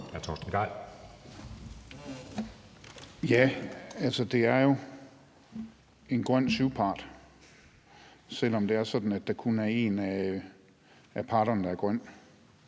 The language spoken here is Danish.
Ja, altså det er jo en grøn syvpart, selv om det er sådan, at der kun er én af parterne, der er grøn,